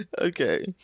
okay